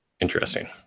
interesting